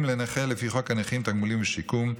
לנכה לפי חוק הנכים (תגמולים ושיקום),